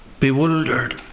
bewildered